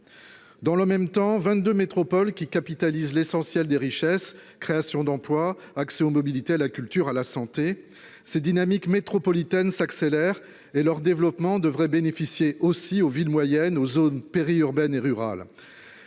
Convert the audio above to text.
Dans le même temps, 22 métropoles capitalisent l'essentiel des richesses, des créations d'emploi, de l'accès aux mobilités, à la culture, à la santé ... Ces dynamiques métropolitaines s'accélèrent, et leur développement devrait bénéficier aussi aux villes moyennes, aux zones périurbaines et rurales.